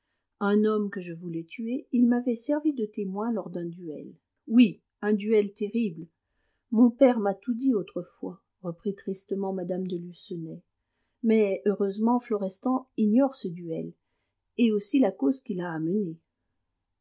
un homme que je voulais tuer il m'avait servi de témoin lors d'un duel oui un duel terrible mon père m'a tout dit autrefois reprit tristement mme de lucenay mais heureusement florestan ignore ce duel et aussi la cause qui l'a amené